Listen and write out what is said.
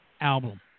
album